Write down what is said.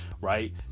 right